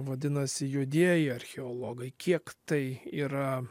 vadinasi juodieji archeologai kiek tai yra